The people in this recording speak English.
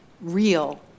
real